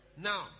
now